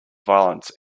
violence